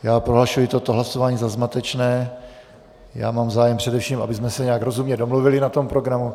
Já prohlašuji toto hlasování za zmatečné, mám zájem především, abychom se nějak rozumně domluvili na tom programu.